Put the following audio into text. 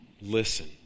Listen